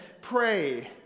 pray